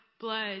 blood